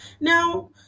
now